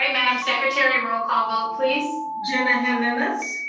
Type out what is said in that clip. um madam secretary, roll call vote please? jena jimenez.